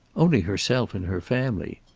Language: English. only herself and her family.